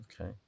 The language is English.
Okay